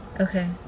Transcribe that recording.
okay